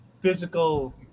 physical